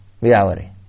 reality